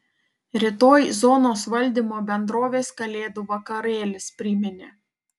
rytoj zonos valdymo bendrovės kalėdų vakarėlis priminė